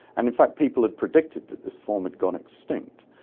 and in fact people had predicted that this form had gone extinct,